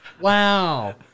Wow